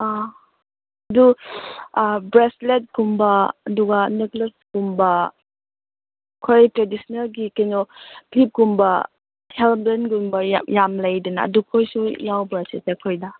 ꯑꯥ ꯑꯗꯨ ꯕ꯭ꯔꯦꯁꯂꯦꯠ ꯀꯨꯝꯕ ꯑꯗꯨꯒ ꯅꯦꯛꯂꯦꯁ ꯀꯨꯝꯕ ꯑꯩꯈꯣꯏ ꯇ꯭ꯔꯦꯗꯤꯁꯟꯅꯦꯜꯒꯤ ꯀꯩꯅꯣ ꯀ꯭ꯂꯤꯞ ꯀꯨꯝꯕ ꯍꯦꯌꯔ ꯕꯦꯜꯒꯨꯝꯕ ꯌꯥꯝ ꯂꯩꯗꯅ ꯑꯗꯨ ꯈꯣꯏꯁꯨ ꯌꯥꯎꯕ꯭ꯔꯥ ꯁꯤꯁꯇꯔ ꯈꯣꯏꯗ